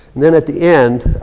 then at the end,